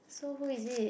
so who is it